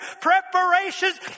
preparations